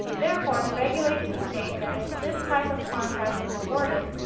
therefore, the regulations state that if this type of contract is awarded,